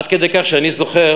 עד כדי כך שאני זוכר,